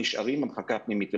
ונשארים במחלקה הפנימית.